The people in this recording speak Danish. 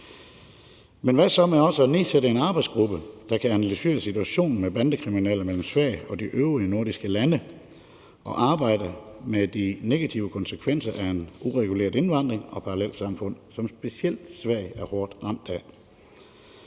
Men hvad så med også at nedsætte en arbejdsgruppe, der kan analysere situationen med bandekriminelle mellem Sverige og de øvrige nordiske lande og arbejde med de negative konsekvenser af en ureguleret indvandring og parallelsamfund, som specielt Sverige er hårdt ramt af?